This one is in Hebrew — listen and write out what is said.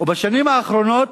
ובשנים האחרונות,